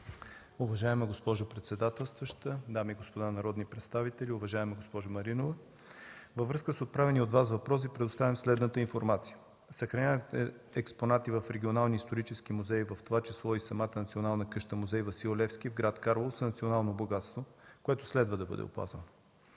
Уважаема госпожо председателстваща, дами и господа народни представители! Уважаема госпожо Маринова, във връзка с отправения от Вас въпрос Ви предоставям следната информация. Съхраняваните експонати в Регионалния исторически музей, в това число и самата Национална къща-музей „Васил Левски” в град Карлово, са национално богатство, което следва да бъде опазено.